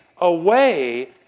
away